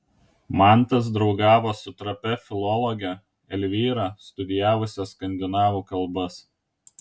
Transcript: mantas draugavo su trapia filologe elvyra studijavusia skandinavų kalbas